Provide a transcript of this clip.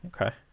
Okay